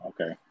Okay